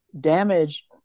damage